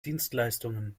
dienstleistungen